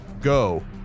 go